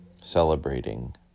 celebrating